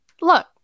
Look